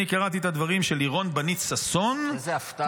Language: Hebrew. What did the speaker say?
אני קראתי את הדברים של לירון בנית ששון -- איזו הפתעה.